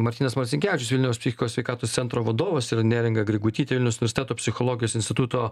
martynas marcinkevičius vilniaus psichikos sveikatos centro vadovas ir neringa grigutytė vilniaus universiteto psichologijos instituto